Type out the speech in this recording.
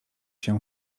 się